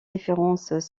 différences